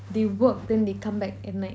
they work then they come back at night